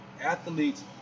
athletes